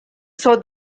saw